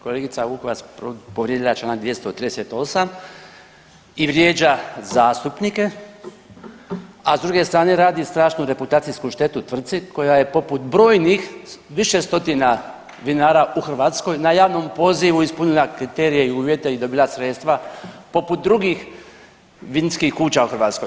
Kolegica Vukovac povrijedila je članak 238. i vrijeđa zastupnike, a s druge strane radi strašnu reputacijsku štetu tvrtci koja je poput brojnih više stotina vinara u Hrvatskoj na javnom pozivu ispunila kriterije i uvjete i dobila sredstva poput drugih vinskih kuća u Hrvatskoj.